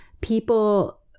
people